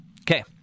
Okay